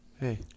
hey